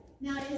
Now